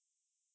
ya